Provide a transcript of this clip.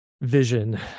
vision